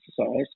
exercise